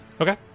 Okay